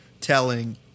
telling